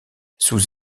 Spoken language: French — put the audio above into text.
sous